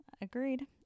Agreed